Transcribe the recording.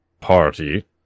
party